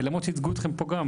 למרות שייצגו אתכם גם,